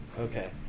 Okay